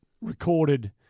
recorded